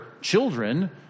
children